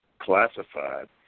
classified